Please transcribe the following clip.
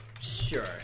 Sure